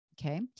Okay